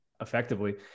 effectively